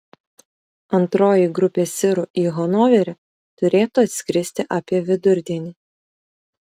antroji grupė sirų į hanoverį turėtų atskristi apie vidurdienį